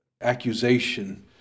accusation